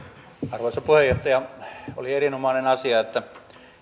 arvoisa puheenjohtaja oli erinomainen asia että